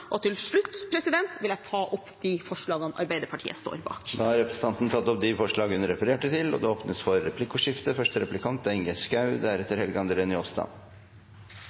befolkningen. Til slutt vil jeg ta opp de forslagene Arbeiderpartiet står bak. Representanten Helga Pedersen har tatt opp de forslagene hun refererte til. Det blir replikkordskifte.